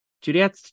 Juliet